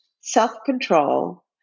self-control